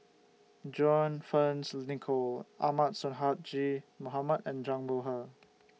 John Fearns Nicoll Ahmad Sonhadji Mohamad and Zhang Bohe